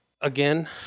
again